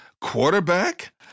quarterback